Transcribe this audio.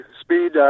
speed